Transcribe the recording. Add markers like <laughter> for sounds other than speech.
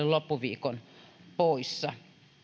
<unintelligible> loppuviikon poissa